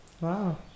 Wow